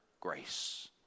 grace